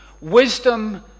wisdom